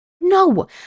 No